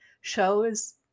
shows